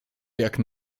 jako